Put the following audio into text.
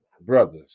Brothers